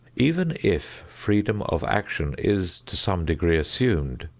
even if freedom of action is to some degree assumed,